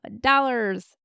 dollars